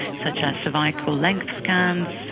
such as cervical length scans,